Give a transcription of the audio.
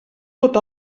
tot